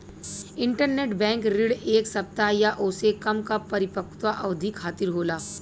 interbank ऋण एक सप्ताह या ओसे कम क परिपक्वता अवधि खातिर होला